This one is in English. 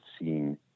seeing